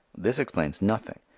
this explains nothing.